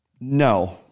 no